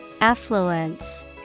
Affluence